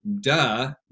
duh